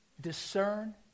Discern